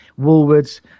Woolworths